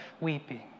weeping